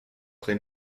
train